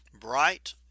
bright